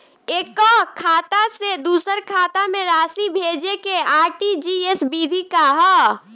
एकह खाता से दूसर खाता में राशि भेजेके आर.टी.जी.एस विधि का ह?